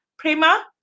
Prima